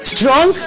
Strong